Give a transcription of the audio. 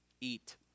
Eat